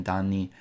anni